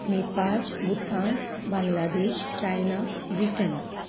Nepal Bhutan Bangladesh China Britain